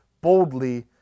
boldly